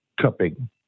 cupping